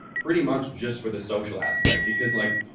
pretty much just for the social aspect. because like,